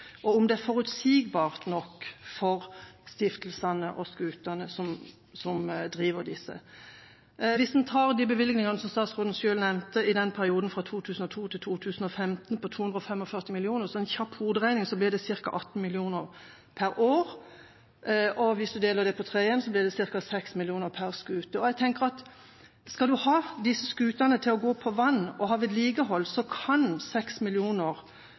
er om det ansvaret er nok, og om det er forutsigbart nok for stiftelsene som driver disse skutene. Hvis en tar de bevilgningene som statsråden selv nevnte i perioden 2002–2015 på 245 mill. kr, så blir det etter en kjapp hoderegning ca. 18 mill. kr per år, og hvis en deler det på tre igjen, blir det ca. 6 mill. kr per skute. Jeg tenker at hvis en skal ha disse skutene til å gå på vann og ha vedlikehold, kan